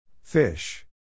Fish